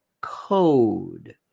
code